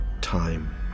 Time